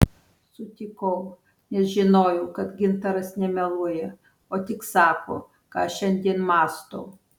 sutikau nes žinojau kad gintaras nemeluoja o tik sako ką šiandien mąsto